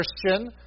Christian